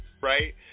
right